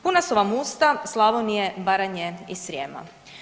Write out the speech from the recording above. Puna su vam usta Slavonije, Baranje i Srijema.